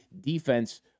defense